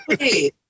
Hey